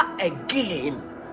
again